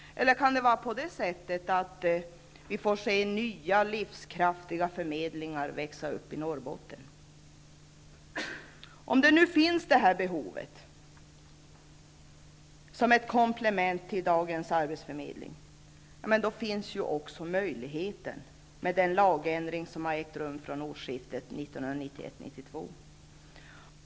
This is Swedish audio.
Eller kan det vara så, att vi får se nya livskraftiga förmedlingar växa upp i Norrbotten? Om det nu finns behov av komplement till dagens arbetsförmedling, ja, då finns också den möjligheten med den lagändring som ägde rum vid årsskiftet 1991/92.